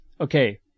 okay